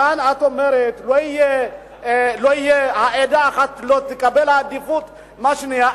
כאן את אומרת: עדה אחת לא תקבל עדיפות על השנייה.